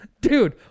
dude